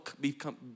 become